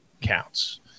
counts